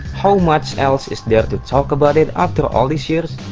how much else is there to talk about it after all these years?